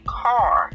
car